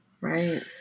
Right